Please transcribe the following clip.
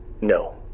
No